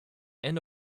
end